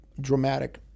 dramatic